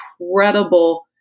incredible